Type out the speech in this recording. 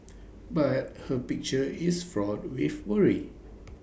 but her picture is fraught with worry